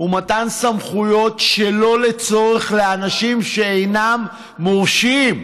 הוא מתן סמכויות שלא לצורך לאנשים שאינם מורשים.